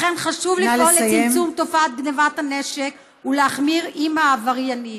לכן חשוב לפעול לצמצום תופעת גנבת הנשק ולהחמיר עם העבריינים.